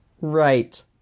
Right